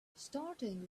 starting